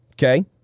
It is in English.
Okay